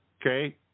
Okay